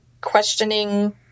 questioning